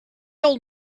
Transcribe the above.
old